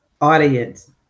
Audience